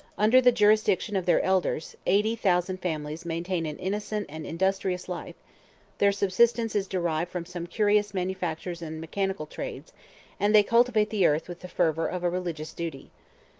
under the jurisdiction of their elders, eighty thousand families maintain an innocent and industrious life their subsistence is derived from some curious manufactures and mechanic trades and they cultivate the earth with the fervor of a religious duty.